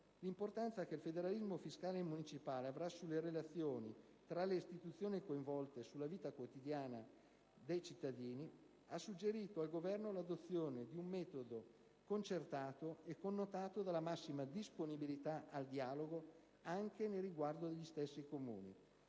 L'importanza che il federalismo fiscale municipale avrà sulle relazioni tra le istituzioni coinvolte e sulla vita quotidiana dei cittadini ha suggerito al Governo l'adozione di un metodo concertato e connotato dalla massima disponibilità al dialogo, anche nei riguardi agli stessi Comuni.